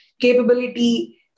capability